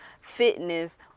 fitness